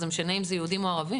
זה משנה אם זה יהודים או ערבים?